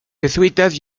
jesuitas